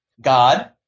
God